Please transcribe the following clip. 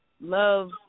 love